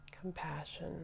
compassion